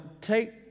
take